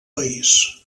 país